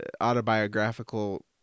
autobiographical